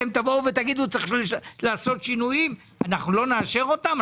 אתם תבואו ותגידו שצריך לעשות שינויים אנחנו לא נאשר אותם?